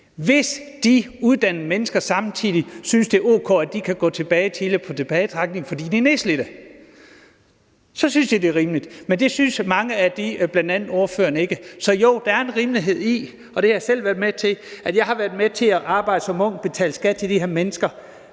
hvis de uddannede mennesker samtidig synes, det er o.k., at de kan trække sig tilbage tidligere, fordi de er nedslidte – så synes de, det er rimeligt. Men det synes mange andre, bl.a. ordføreren, ikke. Så jo, der er en rimelighed i det – og jeg har selv som ung været med til at arbejde og betale skat til de her mennesker